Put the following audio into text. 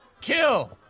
Kill